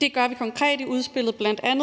Det gør vi konkret i udspillet ved bl.a.